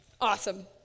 Awesome